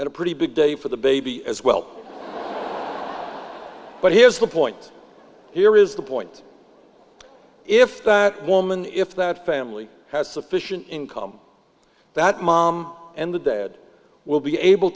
and a pretty big day for the baby as well but here's the point here is the point if that woman if that family has sufficient income that mom and the dad will be able